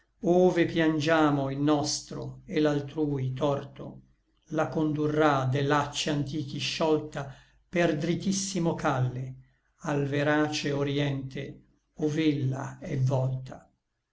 ove piangiamo il nostro et l'altrui torto la condurrà de lacci antichi sciolta per drittissimo calle al verace orïente ov'ella è volta